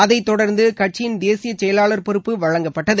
அதை தொடர்ந்து கட்சியின் தேசிய செயலாளர் பொறுப்பு வழங்கப்பட்டது